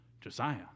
Josiah